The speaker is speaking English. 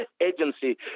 agency